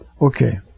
Okay